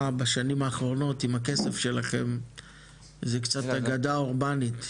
בשנים האחרונות עם הכסף שלכם זה קצת אגדה אורבנית.